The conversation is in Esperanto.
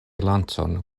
lancon